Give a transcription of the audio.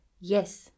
Yes